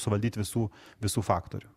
suvaldyt visų visų faktorių